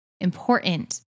important